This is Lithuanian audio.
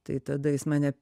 tai tada jis mane